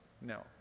No